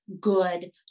good